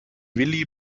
willi